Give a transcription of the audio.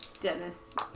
Dennis